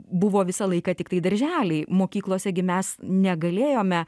buvo visą laiką tiktai darželiai mokyklose gi mes negalėjome